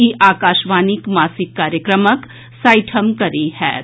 ई आकाशवाणी मासिक कार्यक्रमक साठिम कड़ी होएत